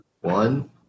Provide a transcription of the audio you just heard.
One